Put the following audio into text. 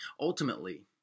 Ultimately